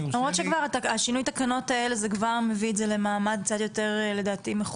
למרות ששינוי התקנות האלה כבר מביא את זה למעמד קצת יותר מכובד.